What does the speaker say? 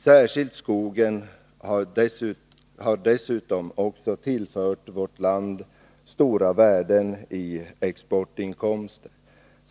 Särskilt skogen har tillfört vårt land stora värden i exportinkomster.